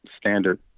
standard